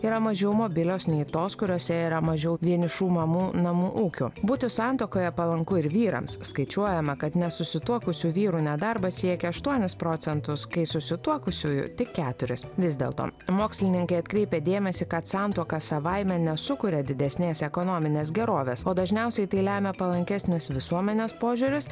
yra mažiau mobilios nei tos kuriose yra mažiau vienišų mamų namų ūkių būti santuokoje palanku ir vyrams skaičiuojama kad nesusituokusių vyrų nedarbas siekia aštuonis procentus kai susituokusiųjų tik keturis vis dėlto mokslininkai atkreipia dėmesį kad santuoka savaime nesukuria didesnės ekonominės gerovės o dažniausiai tai lemia palankesnis visuomenės požiūris